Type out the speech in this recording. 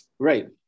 Right